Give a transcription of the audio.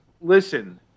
listen